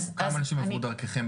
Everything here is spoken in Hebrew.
כמה אנשים עברו דרככם?